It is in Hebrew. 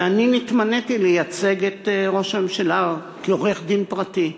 ואני נתמניתי לייצג את ראש הממשלה כעורך-דין פרטי.